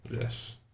Yes